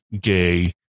gay